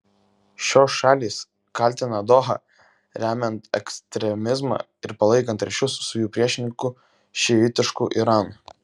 šios šalys kaltina dohą remiant ekstremizmą ir palaikant ryšius su jų priešininku šiitišku iranu